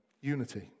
unity